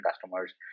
customers